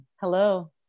Hello